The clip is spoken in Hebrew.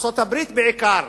ארצות-הברית בעיקר,